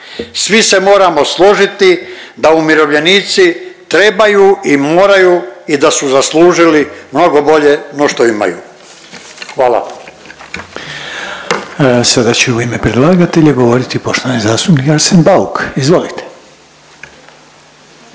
Svi se moramo složiti da umirovljenici trebaju i moraju i da su zaslužili mnogo bolje no što imaju. Hvala.